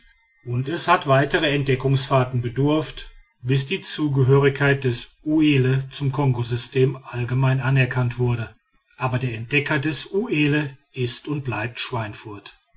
und es hat weiterer entdeckungsfahrten bedurft bis die zugehörigkeit des uelle zum kongosystem allgemein anerkannt wurde aber der entdecker des uelle ist und bleibt schweinfurth